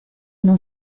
non